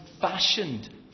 fashioned